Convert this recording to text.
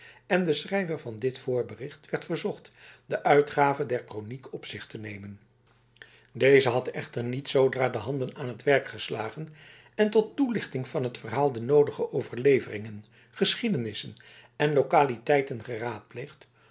en den schrijver van dit voorbericht werd verzocht de uitgave der kroniek op zich te nemen deze had echter niet zoodra de handen aan t werk geslagen en tot toelichting van het verhaal de noodige overleveringen geschiedenissen en localiteiten geraadpleegd